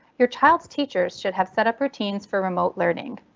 your child's teachers should have setup routines for remote learning.